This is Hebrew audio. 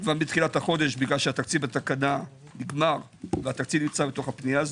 כבר מתחילת החודש כי התקציב בתקנה נגמר והוא בתקנה הזו.